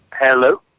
Hello